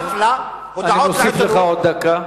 חאפלה, הודעות לעיתונות, אני מוסיף לך עוד דקה.